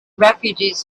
refugees